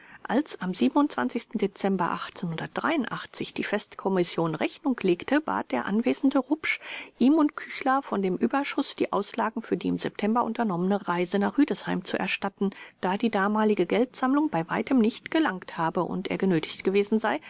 als am dezember die festkommission rechnung legte bat der anwesende rupsch ihm und küchler von dem überschuß die auslagen für die im september unternommene reise nach rüdesheim zu erstatten da die damalige geldsammlung bei weitem nicht gelangt habe und er genötigt gewesen sei